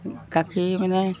গাখীৰ মানে